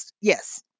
Yes